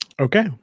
Okay